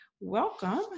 Welcome